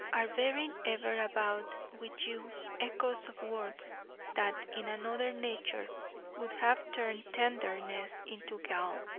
are bearing ever about with you echoes of words that in another nature would have turned tenderness into gall,